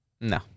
No